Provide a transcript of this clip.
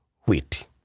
wheat